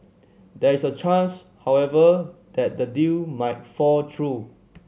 there is a chance however that the deal might fall through